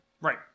Right